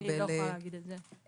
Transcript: אני לא יכולה להגיד את זה.